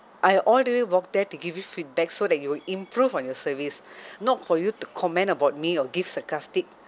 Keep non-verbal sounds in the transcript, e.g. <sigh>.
I all the way walk there to give you feedback so that you will improve on your service <breath> not for you to comment about me or give sarcastic